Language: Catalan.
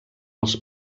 els